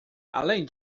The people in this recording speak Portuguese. além